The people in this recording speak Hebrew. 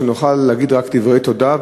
שנוכל להגיד רק דברי תודה,